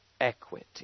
equity